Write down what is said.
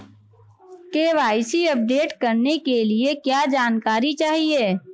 KYC update करने के लिए क्या जानकारी चाहिए?